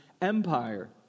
empire